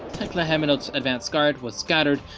tekle haimanot's advanced guard was scattered,